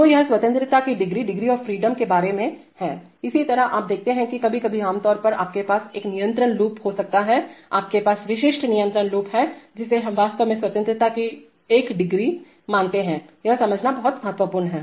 तो यह स्वतंत्रता की डिग्रीडिग्री ऑफ़ फ्रीडम के बारे में है इसी तरह आप देखते हैं कि कभी कभी आमतौर पर आपके पास एक नियंत्रण लूप हो सकता हैआपके पास विशिष्ट नियंत्रण लूप है जिसे हम वास्तव में स्वतंत्रता की एक डिग्रीवन डिग्री ऑफ़ फ्रीडममानते हैंयह समझना बहुत महत्वपूर्ण है